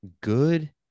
good